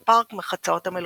הוא פארק "מרחצאות המלוכה".